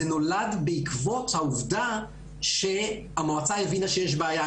זה נולד בעקבות העובדה שהמועצה הבינה שיש בעיה.